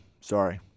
Sorry